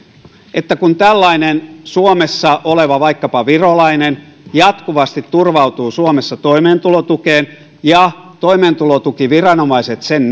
että kun tällainen suomessa oleva vaikkapa virolainen jatkuvasti turvautuu suomessa toimeentulotukeen ja toimeentulotukiviranomaiset sen